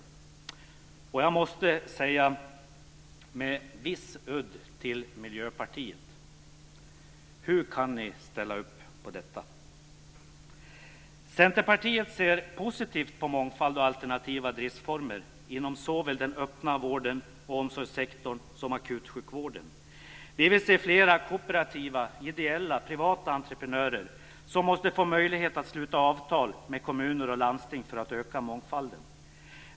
Jag måste med viss udd mot Miljöpartiet säga: Hur kan ni ställa upp på detta? Centerpartiet ser positivt på mångfald och alternativa driftsformer såväl inom den öppna vården och omsorgssektorn som inom akutsjukvården. Vi vill se flera kooperativa, ideella och privata entreprenörer, och dessa måste få möjlighet att sluta avtal med kommuner och landsting för att öka mångfalden.